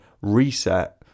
reset